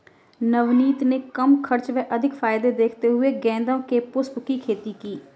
नवनीत ने कम खर्च व अधिक फायदे देखते हुए गेंदे के पुष्पों की खेती की